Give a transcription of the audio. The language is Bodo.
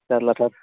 जारलाथार